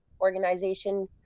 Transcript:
organization